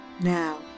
Now